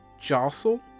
jostle